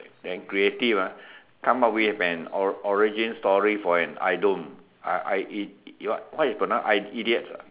then creative ah come up with an or~ origin story for an idiom i~ i~ id~ what you pronounce idiots ah